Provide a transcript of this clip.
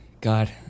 God